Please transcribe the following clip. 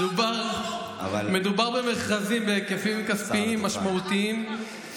מדובר במכרזים בהיקפים כספיים משמעותיים.